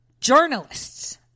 journalists